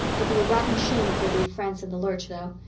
it'll be a rotten shame if they leave france in the lurch, though.